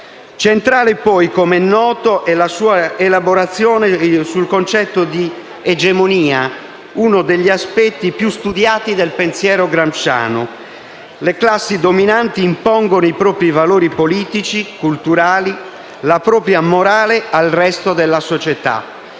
Centrale, poi, com'è noto, è la sua elaborazione sul concetto di egemonia, uno degli aspetti più studiati del pensiero gramsciano: le classi dominanti impongono i propri valori politici, culturali, la propria morale al resto della società;